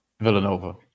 Villanova